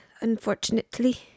unfortunately